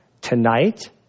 tonight